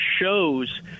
shows